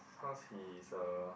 cause he's a